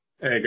Hey